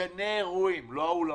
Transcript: גני אירועים, לא האולמות,